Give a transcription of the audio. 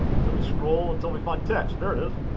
so we scroll until we find text. there it is.